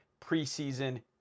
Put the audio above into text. preseason